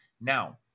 Now